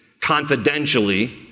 confidentially